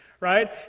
Right